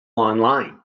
online